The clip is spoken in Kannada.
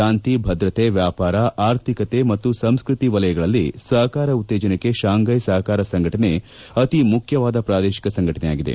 ಶಾಂತಿ ಭದ್ರತೆ ವ್ಯಾಪಾರ ಆರ್ಥಿಕತೆ ಮತ್ತು ಸಂಸ್ಕೃತಿ ವಲಯಗಳಲ್ಲಿ ಸಹಕಾರ ಉತ್ತೇಜನಕ್ಕೆ ಶಾಂಘೈ ಸಹಕಾರ ಸಂಘಟನೆ ಅತಿ ಮುಖ್ಯವಾದ ಪ್ರಾದೇಶಿಕ ಸಂಘಟನೆಯಾಗಿದೆ